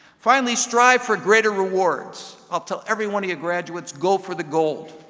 finally, strive for greater rewards. i'll tell every one of you graduates, go for the gold.